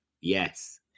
yes